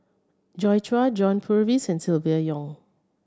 Joi Chua John Purvis and Silvia Yong